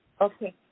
Okay